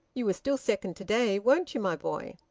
you were still second to-day, weren't you, my boy?